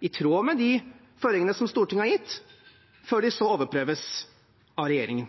i tråd med de føringene som Stortinget har gitt, før de så overprøves av regjeringen.